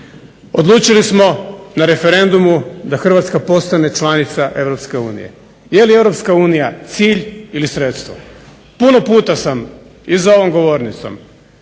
Odlučili smo na referendumu da Hrvatska postane članica EU. Je li EU cilj ili sredstvo? Puno puta sam i za ovom govornicom